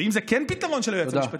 ואם זה כן פתרון של היועץ המשפטי,